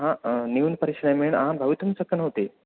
न्यूनपरिश्रमेण आं भवितुं शक्नोति